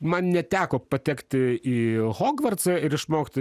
man neteko patekti į hogvarcą ir išmokti